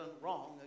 wrong